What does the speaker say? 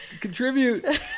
contribute